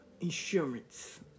insurance